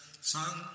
sun